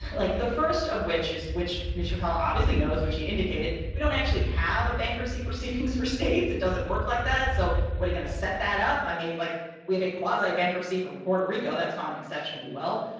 like the first of which is which mr. kyl obviously knows, which he indicated we don't actually have a bankruptcy proceedings for states. it doesn't work like that. so what you gonna set that up? i mean, like we have a quasi bankruptcy for puerto rico that's gone exceptionally well.